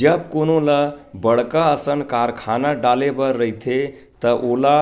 जब कोनो ल बड़का असन कारखाना डाले बर रहिथे त ओला